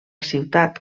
ciutat